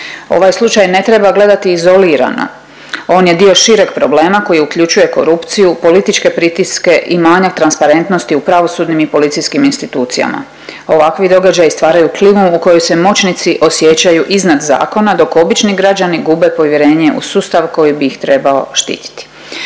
Ovaj slučaj ne treba gledati izolirano, on je dio šireg problema koji uključuje korupciju, političke pritiske i manjak transparentnosti u pravosudnim i policijskim institucijama. Ovakvi događaji stvaraju klimu u kojoj se moćnici osjećaju iznad zakona dok obični građani gube povjerenje u sustav koji bi ih trebao štititi.